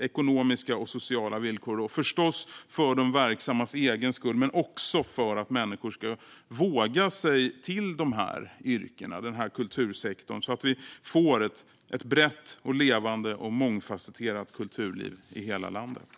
ekonomiska och sociala villkor - förstås för de verksammas egen skull, men också för att människor ska våga söka sig till dessa yrken, till kultursektorn, så att vi får ett brett, levande och mångfasetterat kulturliv i hela landet.